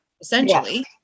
essentially